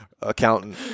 accountant